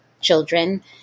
children